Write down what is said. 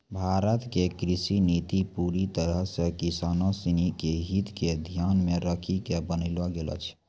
भारत के कृषि नीति पूरी तरह सॅ किसानों सिनि के हित क ध्यान मॅ रखी क बनैलो गेलो छै